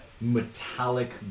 metallic